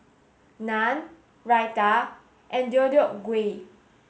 Naan Raita and Deodeok Gui